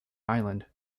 island